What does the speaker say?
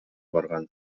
барган